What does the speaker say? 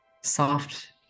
soft